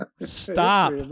Stop